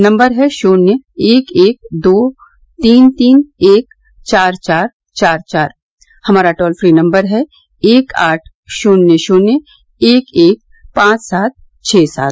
number है शून्य एक एक दो तीन तीन एक चार चार चार चार हमारा टोल फ्री नम्बर है एक आठ शून्य शून्य एक एक पांच सात छः सात